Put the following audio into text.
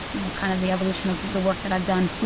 you know, kind of the evolution of the work that i've done.